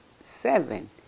seven